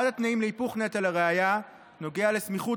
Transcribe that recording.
אחד התנאים להיפוך נטל הראיה נוגע לסמיכות